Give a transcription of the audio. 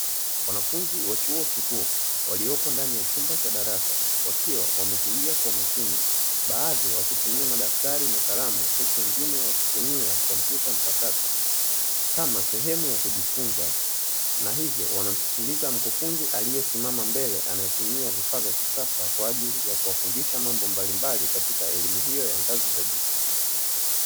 Wanafunzi wa chuo kikuu waliopo ndani ya chumba cha darasa wakiwa wametulia kwa umakini, baadhi wakitumia madaftari na kalamu huku wengine wakitumia kompyuta mpakato kama sehemu ya kujifunza, na ivyo wanamsikiliza mkufunzi aliyesimama mbele ,anayetumia vifaa vya kisasa kwa ajili ya kuwafundisha mambo mbalimbali katika elimu iyo ya ngazi za juu.